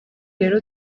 rero